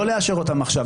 לא לאשר אותן עכשיו.